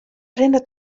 rinne